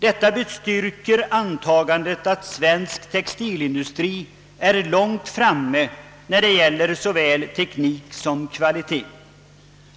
Detta bestyrker antagandet att svensk textilindustri ligger långt framme i fråga om såväl teknik som kvalitet.